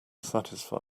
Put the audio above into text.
satisfy